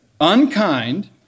unkind